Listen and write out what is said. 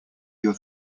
your